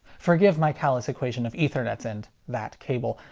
forgive my callous equation of ethernet and that cable.